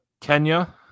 Kenya